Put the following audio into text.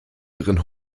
ihren